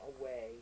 away